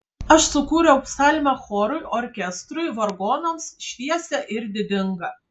aš sukūriau psalmę chorui orkestrui vargonams šviesią ir didingą